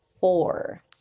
four